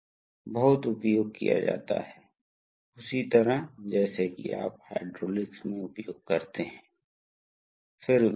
और फिर उस वाल्व के पंप के आउटलेट को राहत वाल्व के पायलट पोर्ट से कनेक्ट करें और फिर कंप्यूटर का उपयोग करके या मेरा मतलब है कि मैनुअल ऑपरेशन का उपयोग करके आप राहत दबाव को नियंत्रित कर सकते हैं